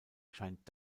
scheint